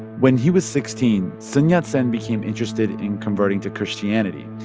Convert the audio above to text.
when he was sixteen, sun yat-sen became interested in converting to christianity.